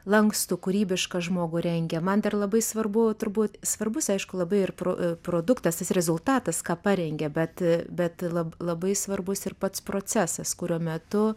lankstų kūrybišką žmogų rengia man dar labai svarbu turbūt svarbus aišku labai ir pro produktas tas rezultatas ką parengia bet bet labai labai svarbus ir pats procesas kurio metu